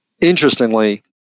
interestingly